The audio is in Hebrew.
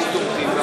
שאנחנו תומכים,